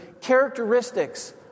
characteristics